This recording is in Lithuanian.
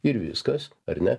ir viskas ar ne